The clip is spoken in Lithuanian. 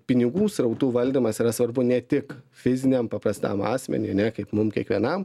pinigų srautų valdymas yra svarbu ne tik fiziniam paprastam asmeniui ane kaip mum kiekvienam